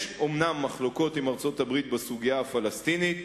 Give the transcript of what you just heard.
יש אומנם מחלוקות עם ארצות-הברית בסוגיה הפלסטינית,